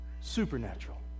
supernatural